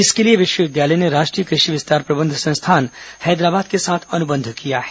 इसके लिए विश्वविद्यालय ने राष्ट्रीय कृषि विस्तार प्रबंध संस्थान हैदराबाद के साथ अनुबंध किया है